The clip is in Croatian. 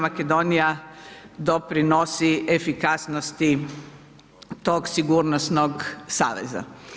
Makedonija doprinosi efikasnosti tog sigurnosnog saveza.